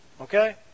Okay